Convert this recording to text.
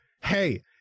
hey